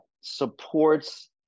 supports